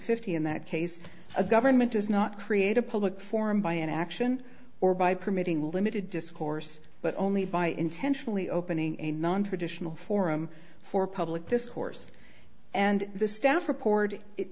fifty in that case a government does not create a public forum by inaction or by permitting limited discourse but only by intentionally opening a nontraditional forum for public discourse and the staff report it